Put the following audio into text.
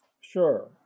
Sure